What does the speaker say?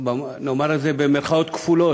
נאמר את זה במירכאות כפולות,